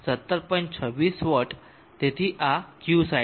26 watt તેથી આ Qside છે